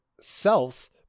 selves